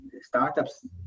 startups